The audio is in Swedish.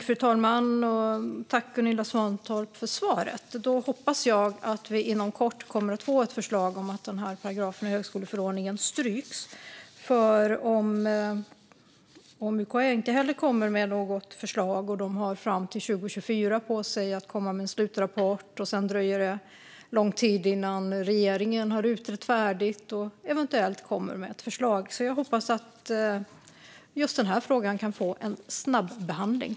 Fru talman! Tack, Gunilla Svantorp, för svaret! Då hoppas jag att vi inom kort kommer att få ett förslag om att den här paragrafen i högskoleförordningen stryks. UKÄ har fram till 2024 på sig att komma med en slutrapport, och sedan dröjer det lång tid innan regeringen har utrett färdigt och eventuellt kommer med ett förslag, så jag hoppas att just den här frågan kan få en snabb behandling.